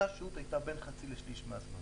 אותה שהות הייתה בין חצי לשליש מהזמן.